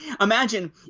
imagine